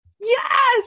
yes